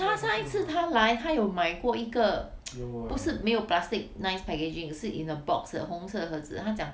她上一次她来她有买过一个 不是没有 plastic nice packaging 是 in a box 的红色的盒子她讲